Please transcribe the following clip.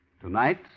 Tonight